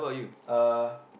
uh